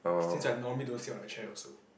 since I normally don't sit on the chair also